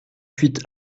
huit